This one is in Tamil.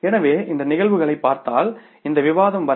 எனவே இந்த நிகழ்வுகளைப் பார்த்தால் இந்த விவாதம் வரை